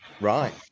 Right